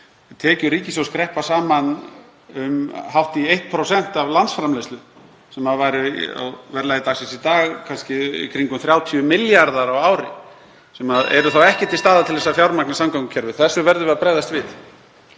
muni tekjur ríkissjóðs skreppa saman um hátt í 1% af landsframleiðslu sem væri á verðlagi dagsins í dag kannski í kringum 30 milljarðar á ári, sem eru þá ekki fyrir hendi til að fjármagna samgöngukerfið. Þessu verðum við að bregðast við.